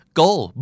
goal